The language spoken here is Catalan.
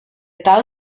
tal